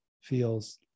feels